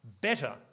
better